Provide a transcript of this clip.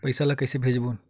पईसा ला कइसे भेजबोन?